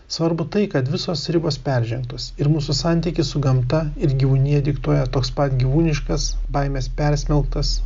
svarbu tai kad visos ribos peržengtos ir mūsų santykis su gamta ir gyvūnija diktuoja toks pat gyrūniškas baimės persmelktas